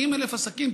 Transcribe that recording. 40,000 עסקים.